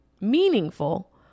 meaningful